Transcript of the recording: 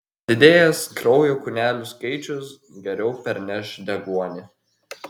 padidėjęs kraujo kūnelių skaičius geriau perneš deguonį